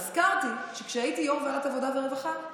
ונזכרתי שכשהייתי יו"ר ועדת עבודה ורווחה,